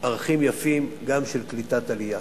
ערכים יפים, גם של קליטת עלייה.